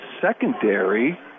secondary